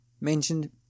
mentioned